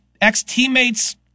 ex-teammates